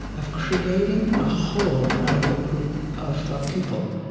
of creating a whole out of a group of people.